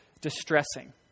distressing